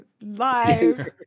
live